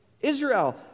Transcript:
Israel